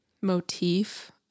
motif